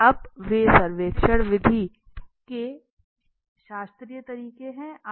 अब ये सर्वेक्षण विधि के शास्त्रीय तरीके है